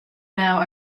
now